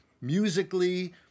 musically